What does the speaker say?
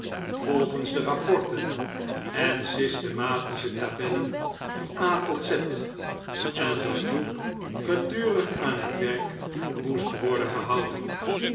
volgens de rapporten en systematische tabellen a tot z en dat jupe gedurig aan het werk moest worden gehouden